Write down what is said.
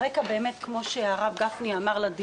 הרקע לדיון הזה, כפי שהרב גפני אמר,